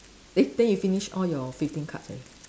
later you finish all your fifteen cards eh